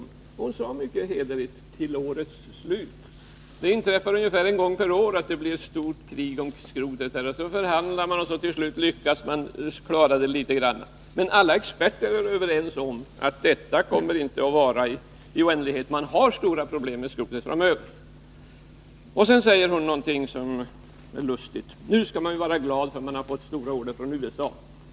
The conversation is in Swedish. Men Birgitta Hambraeus sade mycket hederligt ”till årets slut”. Det inträffar ungefär en gång per år att det blir stort krig om skrotet. Man förhandlar, och till slut lyckas man klara det hela litet grand. Men alla experter är överens om att detta inte kommer att vara i oändlighet — det är stora problem med skrotet framöver. Sedan säger Birgitta Hambraeus någonting som är lustigt: Nu skall vi vara glada för de stora order som kommit från USA.